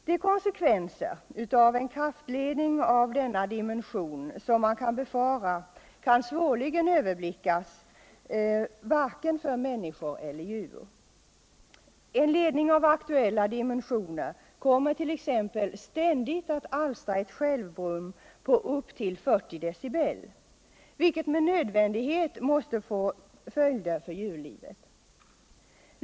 De konsekvenser av en kraftledning av denna dimension som man kan befara kan svårligen överblickas, varken när det gäller människor eller när det gäller djur. En sådan kraftledning kommer t.ex. att ständigt alstra ctt ”självbrum” på upp till 40 decibel, vilket med nödvändighet måste få följder för djurlivet.